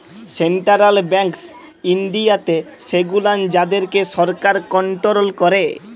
central banks ইনডিয়াতে সেগুলান যাদেরকে সরকার কনটোরোল ক্যারে